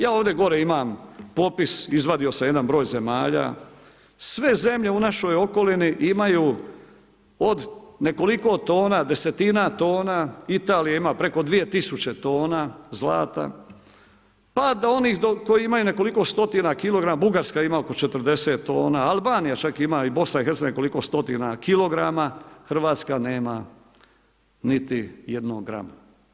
Ja ovdje gore imam popis, izvadio sam jedan broj zemalja, sve zemlje u našoj okolini imaju od nekoliko tona, desetina tona, Italija ima preko 2000 tona zlata, pa do onih koji imaju nekoliko stotina kilograma, Bugarska ima oko 40 tona, Albanija čak ima i BiH koliko stotina kilograma, Hrvatska nema niti jednog grama.